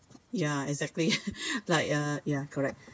ya exactly like uh ya correct